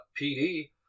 PD